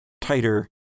tighter